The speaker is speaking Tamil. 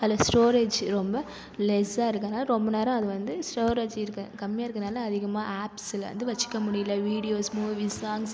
அதில் ஸ்டோரேஜ் ரொம்ப லெஸ்ஸாக இருக்கனால ரொம்ப நேரம் அது வந்து ஸ்டோரேஜ் இருக்க கம்மியாக இருக்கனால அதிகமாக ஆப்ஸ் சில வந்து வச்சுக்க முடியலை வீடியோஸ் மூவீஸ் சாங்ஸ்